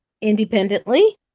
independently